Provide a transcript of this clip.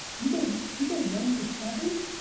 you go you go one for seven,